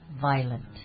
Violent